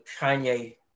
Kanye